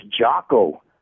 Jocko